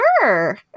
sure